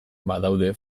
badaude